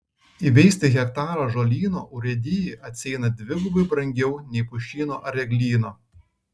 įveisti hektarą ąžuolyno urėdijai atsieina dvigubai brangiau nei pušyno ar eglyno